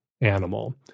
animal